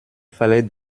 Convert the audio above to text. fallait